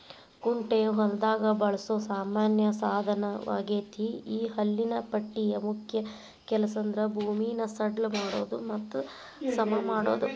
ಕುಂಟೆಯು ಹೊಲದಾಗ ಬಳಸೋ ಸಾಮಾನ್ಯ ಸಾದನವಗೇತಿ ಈ ಹಲ್ಲಿನ ಪಟ್ಟಿಯ ಮುಖ್ಯ ಕೆಲಸಂದ್ರ ಭೂಮಿನ ಸಡ್ಲ ಮಾಡೋದು ಮತ್ತ ಸಮಮಾಡೋದು